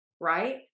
right